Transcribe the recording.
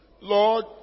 Lord